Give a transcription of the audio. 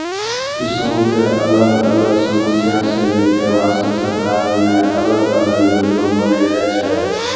किसान के अलग अलग समस्या सॅ निपटै वास्तॅ सरकार न अलग अलग योजना बनैनॅ छै